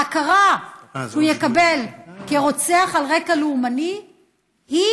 ההכרה שהוא יקבל כרוצח על רקע לאומני היא